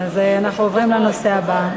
אנחנו עוברים לנושא הבא.